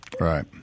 Right